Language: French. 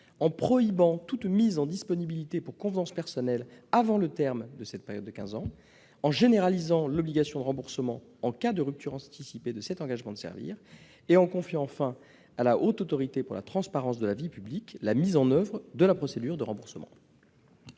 en prohibant toute mise en disponibilité pour convenances personnelles avant le terme de cette période de quinze ans ; en généralisant l'obligation de remboursement en cas de rupture anticipée de cet engagement de servir ; en confiant à la Haute Autorité pour la transparence de la vie publique, la HATVP, la mise en oeuvre de la procédure de remboursement.